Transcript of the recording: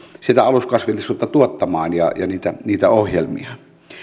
sitä aluskasvillisuutta ja niitä niitä ohjelmia tuottamaan